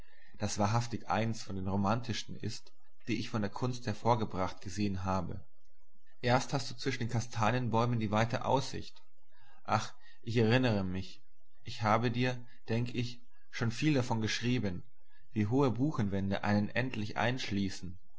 das wahrhaftig eins von den romantischsten ist die ich von der kunst hervorgebracht gesehen habe erst hast du zwischen den kastanienbäumen die weite aussicht ach ich erinnere mich ich habe dir denk ich schon viel davon geschrieben wie hohe buchenwände einen endlich einschließen